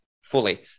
fully